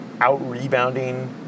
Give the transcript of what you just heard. out-rebounding